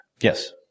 Yes